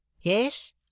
Yes